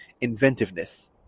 inventiveness